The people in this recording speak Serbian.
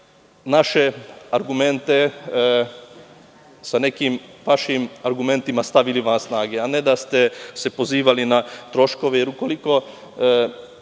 naše argumente sa nekim vašim argumentima stavili van snage, a ne da ste se pozivali na troškove. Jer, ukoliko